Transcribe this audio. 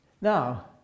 Now